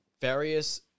various